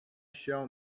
shall